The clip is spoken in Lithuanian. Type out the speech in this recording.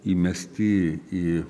įmesti į